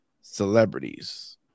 celebrities